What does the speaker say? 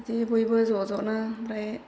बिदि बयबो ज' ज'नो ओमफ्राय